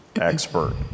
expert